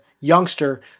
youngster